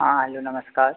हाँ हेलो नमस्कार